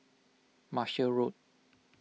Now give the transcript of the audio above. Marshall Road